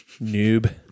noob